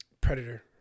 Predator